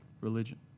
religion